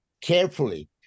carefully